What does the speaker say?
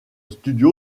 studio